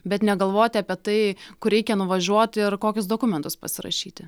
bet negalvoti apie tai kur reikia nuvažiuoti ir kokius dokumentus pasirašyti